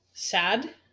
sad